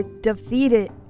defeated